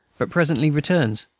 but presently returns,